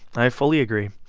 i fully agree.